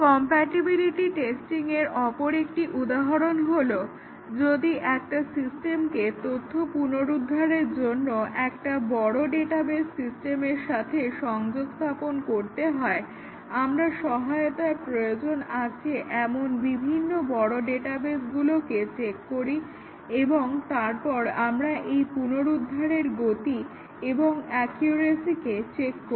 compatibility টেস্টিংয়ের অপর একটি উদাহরণ হলো যদি একটা সিস্টেমকে তথ্য পুনরুদ্ধারের জন্য একটা বড় ডেটাবেস্ সিস্টেমের সাথে সংযোগ স্থাপন করতে হয় আমরা সহায়তার প্রয়োজন আছে এমন বিভিন্ন বড় ডেটাবেসগুলোকে চেক করি এবং তারপর আমরা এই পুনরুদ্ধারের গতি এবং অ্যকিউরেসি চেক করি